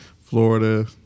Florida